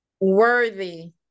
Worthy